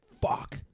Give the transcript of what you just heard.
fuck